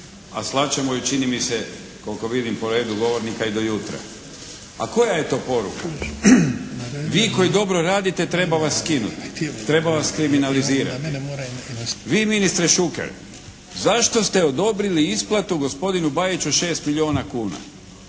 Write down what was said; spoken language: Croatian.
a slat ćemo ju čini mi se koliko vidim po redu govornika i do jutra. A koja je to poruka? Vi koji dobro radite treba vas skinuti, treba vas kriminalizirati. Vi ministre Šuker zašto ste odobrili isplatu gospodinu Bajiću 6 milijuna kuna?